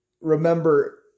Remember